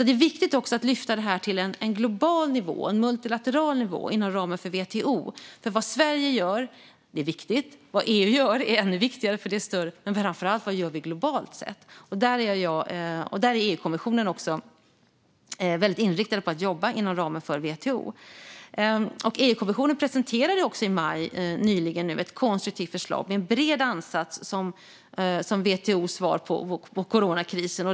Det är viktigt att lyfta det till en global nivå, en multilateral nivå, inom ramen för WTO. Vad Sverige gör är viktigt. Vad EU gör är ännu viktigare, för det är större. Men det handlar framför allt om vad vi gör globalt sett. Där är EU-kommissionen väldigt inriktad på att jobba inom ramen för WTO. EU-kommissionen presenterade nyligen i maj ett konstruktivt förslag. Det är en bred ansats liksom WTO:s svar om coronakrisen.